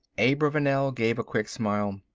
abravanel gave a quick smile.